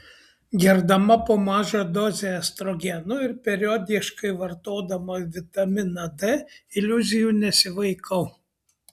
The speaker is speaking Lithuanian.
gerdama po mažą dozę estrogeno ir periodiškai vartodama vitaminą d iliuzijų nesivaikau